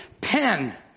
pen